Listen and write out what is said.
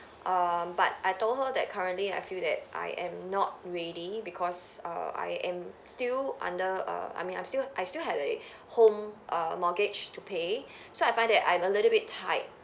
um but I told her that currently I feel that I am not ready because err I am still under err I mean I'm still I still had a home err mortgage to pay so I find that I am a little bit tight